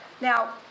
Now